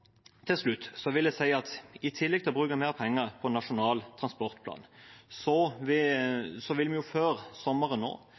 jeg si at i tillegg til å bruke mer penger på Nasjonal transportplan vil vi nå